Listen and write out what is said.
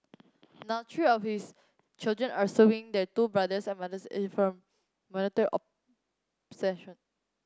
now three of his children are suing their two brothers and mothers informal minority oppression